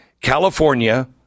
California